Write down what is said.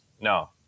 No